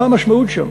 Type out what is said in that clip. מה המשמעות שם?